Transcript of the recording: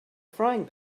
frying